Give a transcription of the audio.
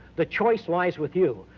the choice lies with you.